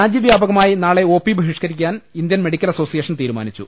രാജ്യ വ്യാപകമായി നാളെ ഒ പി ബഹിഷ്കരിക്കാൻ ഇന്ത്യൻ മെഡിക്കൽ അസോസിയേഷൻ തീരുമാനിച്ചു